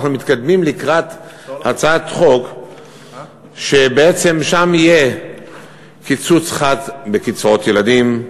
אנחנו מתקדמים לקראת הצעת חוק שבעצם יהיה בה קיצוץ חד בקצבאות ילדים,